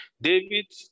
David